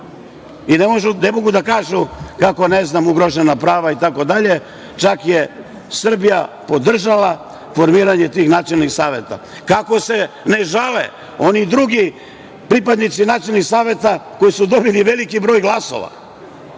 Ne mogu da kažu kako su ugrožena prava itd. čak je Srbija podržala formiranje tih nacionalnih saveta. Kako se ne žale oni drugi pripadnici nacionalnih saveta koji su dobili veliki broj glasova?